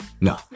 No